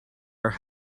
are